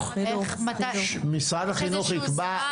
משרד החינוך יקבע,